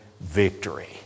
victory